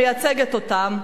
המייצגת אותם,